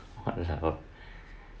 !walao!